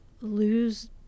lose